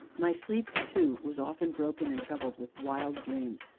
my sleep, too, was often broken and troubled with wild dreams,